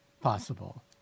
possible